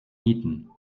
nieten